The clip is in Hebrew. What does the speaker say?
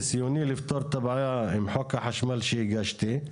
ניסיוני לפתור את הבעיה עם חוק החשמל שהגשתי.